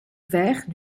vert